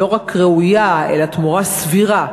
לא רק ראויה אלא סבירה,